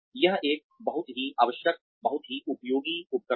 यह एक बहुत ही आवश्यक बहुत ही उपयोगी उपकरण है